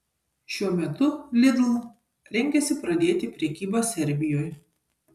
šiuo metu lidl rengiasi pradėti prekybą serbijoje